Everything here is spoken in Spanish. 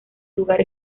lugar